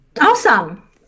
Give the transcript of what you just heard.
awesome